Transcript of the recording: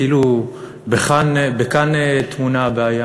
כאילו כאן טמונה הבעיה.